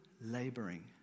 laboring